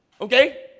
Okay